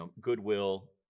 goodwill